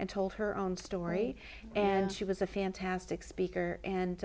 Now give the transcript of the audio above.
and told her own story and she was a fantastic speaker and